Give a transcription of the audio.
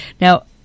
Now